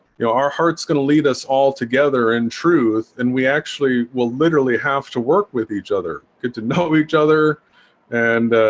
you know our hearts gonna lead us all together in truth and we actually will literally have to work with each other get to know each other and